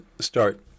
start